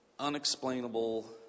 unexplainable